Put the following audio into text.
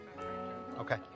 Okay